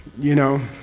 you know.